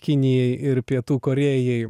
kinijai ir pietų korėjai